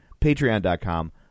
patreon.com